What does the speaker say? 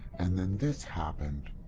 and then this happened.